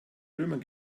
römern